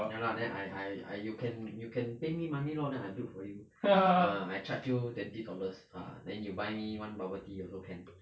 ya lah then I I I you can you can pay me money lor then I built for you uh I charge you twenty dollars ah then you buy me one bubble tea also can